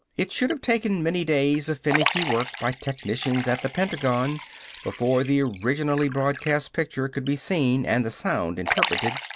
it should have taken many days of finicky work by technicians at the pentagon before the originally broadcast picture could be seen and the sound interpreted.